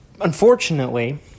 Unfortunately